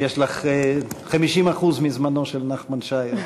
יש לך 50% מזמנו של נחמן שי.